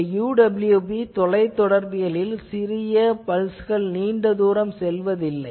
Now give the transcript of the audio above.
இந்த UWB தொலைதொடர்பியலில் இந்த சிறிய பல்ஸ்கள் நீண்ட தூரம் செல்வதில்லை